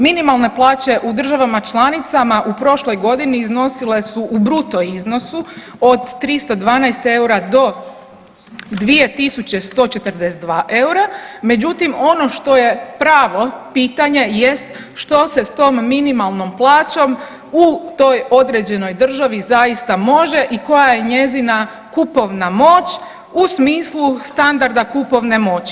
Minimalne plaće u državama članicama u prošloj godini iznosile su u bruto iznosu od 312 eura do 2.142 eura, međutim ono što je pravo pitanje jest što se s tom minimalnom plaćom u toj određenoj državi zaista može i koja je njezina kupovna moć u smislu standarda kupovne moći?